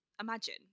imagine